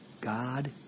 God